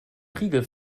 riegel